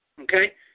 Okay